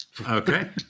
Okay